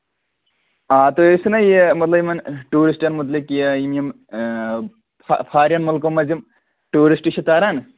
آ تُہۍ ٲسوٕ نا یہِ مطلب یِمن ٹیوٗرِسٹن مُتعلِق یہِ یِم یِم فارین مُلکَو منٛز یِم ٹیوٗرِسٹ چھِ تران